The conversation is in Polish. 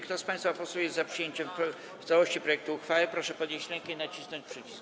Kto z państwa posłów jest za przyjęciem w całości projektu uchwały, proszę podnieść rękę i nacisnąć przycisk.